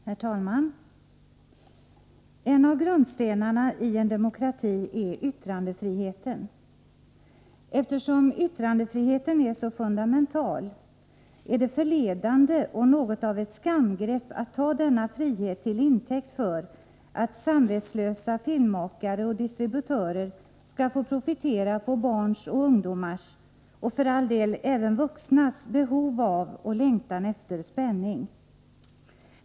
Herr talman! En av grundstenarna i en demokrati är yttrandefriheten. Eftersom yttrandefriheten är så fundamental, är det förledande och något av ett skamgrepp att ta denna frihet till intäkt för att samvetslösa filmmakare och distributörer skall få profitera på barns och ungdomars — och för all del även vuxnas — behov av och längtan efter spänning.